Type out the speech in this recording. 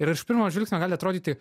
ir iš pirmo žvilgsnio gali atrodyti